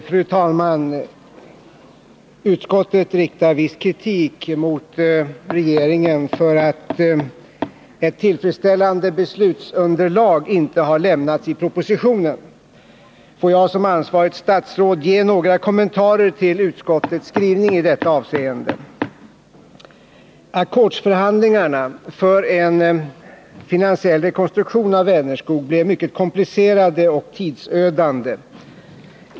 Fru talman! Utskottet riktar viss kritik mot regeringen för att ett tillfredsställande beslutsunderlag inte har lämnats i propositionen. Jag vill som ansvarigt statsråd ge några kommentarer till utskottets skrivning i detta avseende. Ackordsförhandlingarna för en finansiell rekonstruktion av Vänerskog var mycket komplicerade och tidsödande.